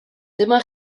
dyma